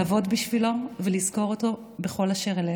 לעבוד בשבילו ולזכור אותו בכל אשר אלך.